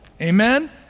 Amen